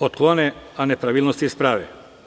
otklone, a nepravilnosti isprave.